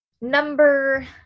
Number